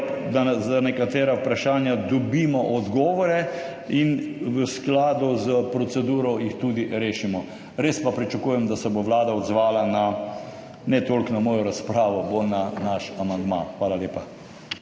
da za nekatera vprašanja dobimo odgovore in v skladu s proceduro jih tudi rešimo. Res pa pričakujem, da se bo Vlada odzvala na, ne toliko na mojo razpravo, bolj na naš amandma. Hvala lepa.